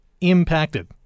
impacted